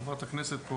חברת הכנסת פה